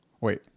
Wait